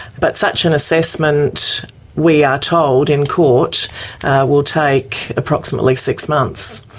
but such an assessment we are told in court will take approximately six months,